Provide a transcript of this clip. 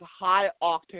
high-octane